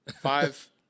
Five